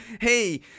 Hey